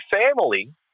family